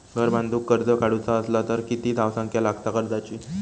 घर बांधूक कर्ज काढूचा असला तर किती धावसंख्या लागता कर्जाची?